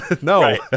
No